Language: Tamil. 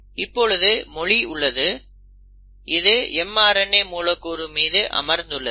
இப்பொழுது மொழி உள்ளது இது mRNA மூலக்கூறு மீது அமர்ந்துள்ளது